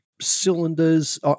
cylinders